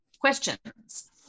questions